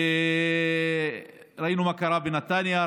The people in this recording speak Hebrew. ראינו מה קרה בנתניה,